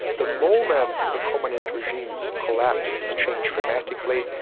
the moment the communist regimes collapsed, this changed dramatically.